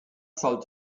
sold